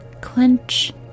clench